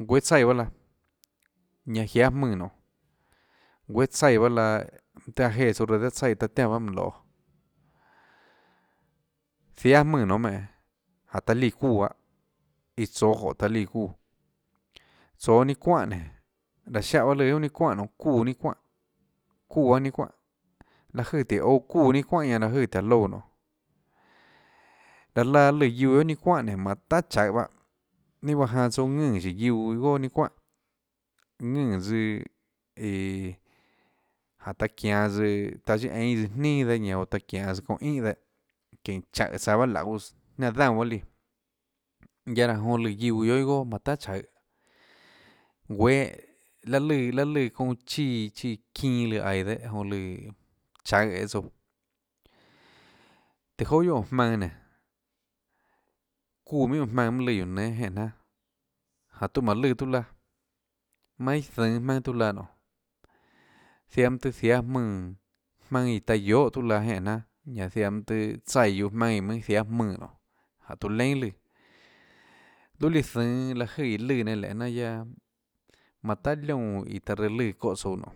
Guéâ tsaíã bahâ laã ñanã jiáâ jmùnã nonê guéâ tsaíã bahâ laã mønâ tøhê jéã tsouã reã dehâ tsaíã taã tiánã bahâ mùnå loê jiáâ mùnã nonê menê jánhå taã líã çuúã bahâ iâ tsoå jóhå taã líã çuúã tsoå ninâ çuánhà nénå raã ziáhã lùã guiohà bahâ lùã ninâ çuánhà nénå çuúã ninâ çuánhà çuúã bahâ ninâ çuánhà láhå jøè tíhå ouã çuúã ninâ çuánhà ñanã láhå jøè tùhå áå loúã nonê laã laã lùã guiuã guiohà ninâ çuánhà nénã manã tahà tsaøhå bahâ ninâ juáhã janã tsouã ðønè síhå guiuã iâ goà ninâ çuánhà ðønè iã jáhå taã çianå tsøã taã siâ eínâ tsøã ninà dehâ ñanã oå taã çianås çounã ínhà dehâ çínhå tsaùhå tsaå baâ lauê jníanã daúnã bahâ líã guiaâ raã jonã lùã guiuã guiohà iâ goà manã tahà tsaøhå guéâ laê lùã laê lùã çounã chíã chíã ðinã lùã aiå dehâ jonã lùã tsaøhå æê tsouã tùhå joà guiohà óå jmaønã nénå çuúã minhà óå jmaønã mønã lùã guióå nénâ jeè jnanà jáhå tiuã manã lùã tiuâ laã manã iâ zønå maønâ tiuâ laã nonê ziaã mønâ tohê jiáâ jmaùnã jmaønâ iã taã guiohà tiuâ laã jenè jnanà ñanã ziaã mønâ tohê tsaíã guiuã jmaønâ iã mønâ jiaè jmónã jánhå tiuã leínà lùã luâ líã zønå láhå jøè iã lùã nenã jnanà guiaâ manã tahà liónã iã taã reã lùãçóhã tsouã nonê